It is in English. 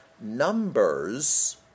numbers